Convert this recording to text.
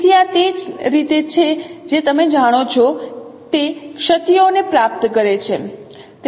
તેથી આ તે રીતે છે જે તમે જાણો છો તે ક્ષતિઓને પ્રાપ્ત કરે છે